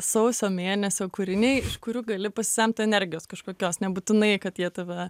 sausio mėnesio kūriniai kurių gali pasisemt energijos kažkokios nebūtinai kad jie tave